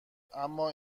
اما